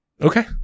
Okay